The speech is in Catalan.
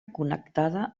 connectada